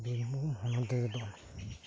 ᱵᱤᱨᱵᱷᱩᱢ ᱦᱚᱱᱚᱛ ᱨᱮᱫᱚ